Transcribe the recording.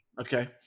Okay